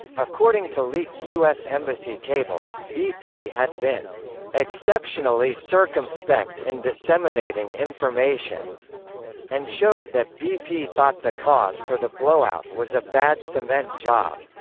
according to leaked us embassy cables, bp had been exceptionally circumspect in disseminating information and showed that bp thought the cause for the blowout was a bad cement job.